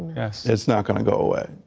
yes it's not going to go away.